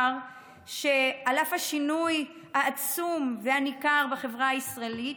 שעל אף השינוי העצום והניכר בחברה הישראלית,